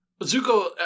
Zuko